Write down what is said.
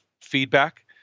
feedback